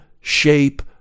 shape